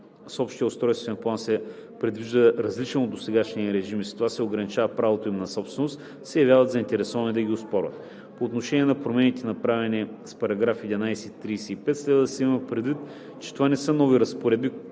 с общия устройствен план се предвижда различен от досегашния им режим и с това се ограничава правото им на собственост, се явяват заинтересовани да ги оспорват. По отношение на промените, направени с § 11 и § 35, следва да се има предвид, че това не са нови разпоредби,